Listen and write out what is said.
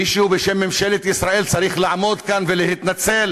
מישהו, בשם ממשלת ישראל, צריך לעמוד כאן ולהתנצל